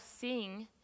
sing